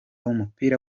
w’umupira